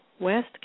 West